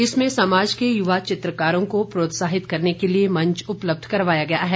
इसमें समाज के युवा चित्रकारों को प्रोत्साहित करने के लिए मंच उपलब्ध करवाया गया है